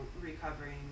recovering